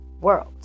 world